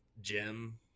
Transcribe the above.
Jim